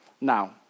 now